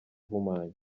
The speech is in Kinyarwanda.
ihumanya